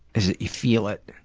is that you feel it.